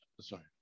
Sorry